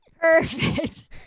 Perfect